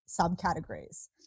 subcategories